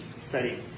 study